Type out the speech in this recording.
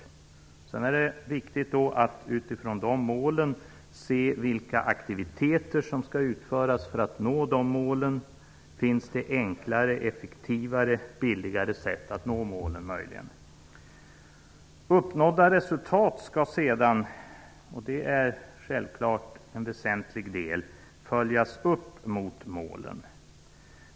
Utifrån de målen är det viktigt att undersöka vilka aktiviteter som skall utföras för att nå dessa mål och om det möjligen finns enklare, effektivare och billigare sätt att nå målen på. Uppnådda resultat skall sedan självfallet följas upp mot målen; det är en väsentlig del.